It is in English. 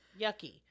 yucky